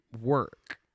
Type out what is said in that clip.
work